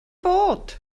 bod